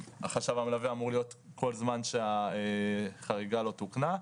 שהחשב המלווה אמור להיות כל זמן שהחריגה לא תוקנה.